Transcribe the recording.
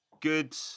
good